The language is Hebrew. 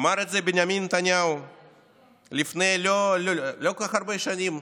אמר את זה בנימין נתניהו לפני לא כל כך הרבה שנים